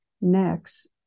Next